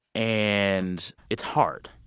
and it's hard.